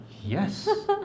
yes